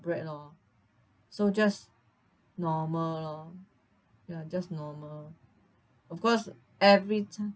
lor so just normal lor ya just normal of course every time